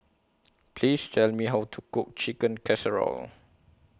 Please Tell Me How to Cook Chicken Casserole